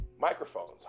Microphones